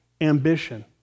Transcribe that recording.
ambition